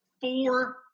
four